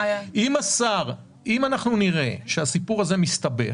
אם נראה שהעניין הזה מסתבך